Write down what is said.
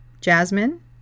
jasmine